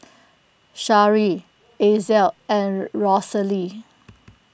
Shari Axel and Rosalee